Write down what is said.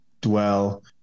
Dwell